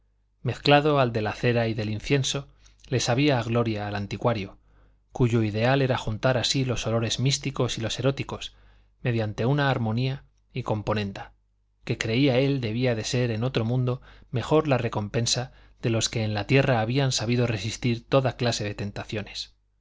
mezclado al de la cera y del incienso le sabía a gloria al anticuario cuyo ideal era juntar así los olores místicos y los eróticos mediante una armonía o componenda que creía él debía de ser en otro mundo mejor la recompensa de los que en la tierra habían sabido resistir toda clase de tentaciones